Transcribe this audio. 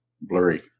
blurry